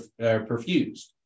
perfused